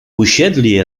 usiedli